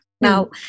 Now